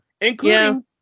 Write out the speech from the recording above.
including